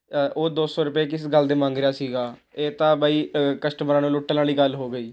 ਉਹ ਦੋ ਸੌ ਰੁਪਏ ਕਿਸ ਗੱਲ ਦੇ ਮੰਗ ਰਿਹਾ ਸੀਗਾ ਇਹ ਤਾਂ ਬਾਈ ਕਸਟਮਰਾਂ ਨੂੰ ਲੁੱਟਣ ਵਾਲੀ ਗੱਲ ਹੋ ਗਈ